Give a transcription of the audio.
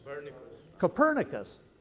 copernicus,